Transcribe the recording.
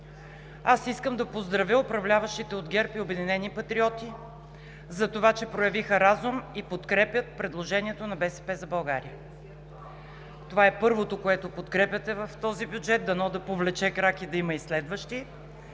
Аз искам да поздравя управляващите от ГЕРБ и „Обединени патриоти“ за това, че проявиха разум и подкрепят предложението на „БСП за България“. Това е първото, което подкрепяте в този бюджет, дано да повлече крак и да има и следващи,